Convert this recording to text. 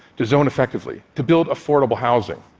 to zone effectively, to build affordable housing.